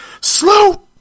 Slow